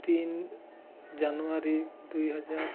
তিনি জানুৱাৰী দুই হেজাৰ